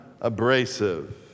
abrasive